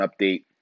update